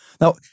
Now